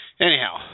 Anyhow